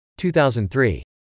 2003